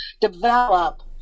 Develop